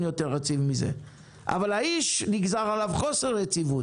לא היישוב חומש.